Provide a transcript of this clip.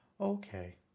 Okay